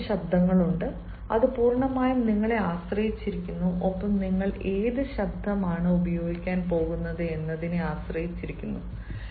അതിനാൽ രണ്ട് ശബ്ദങ്ങളുണ്ട് അത് പൂർണ്ണമായും നിങ്ങളെ ആശ്രയിച്ചിരിക്കുന്നു ഒപ്പം നിങ്ങൾ ഏത് ശബ്ദമാണ് ഉപയോഗിക്കാൻ പോകുന്നത് എന്നതിനെ ആശ്രയിച്ചിരിക്കുന്നു